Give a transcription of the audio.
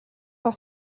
par